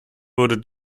wurde